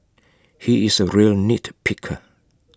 he is A real nitpicker